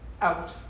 out